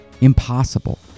impossible